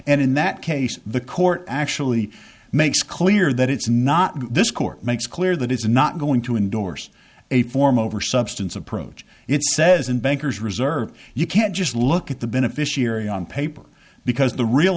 and in that case the court actually makes clear that it's not this court makes clear that it's not going to endorse a form over substance approach it says in banker's reserve you can't just look at the beneficiary on paper because the real